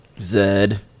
Zed